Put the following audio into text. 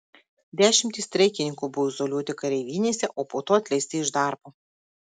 dešimtys streikininkų buvo izoliuoti kareivinėse o po to atleisti iš darbo